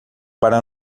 para